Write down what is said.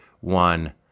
one